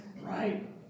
Right